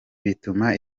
bituma